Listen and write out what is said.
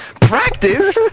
Practice